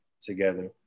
together